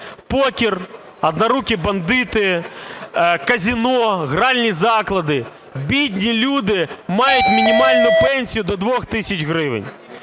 Покер, "однорукі бандити", казино, гральні заклади. Бідні люди мають мінімальну пенсію до 2 тисяч гривень.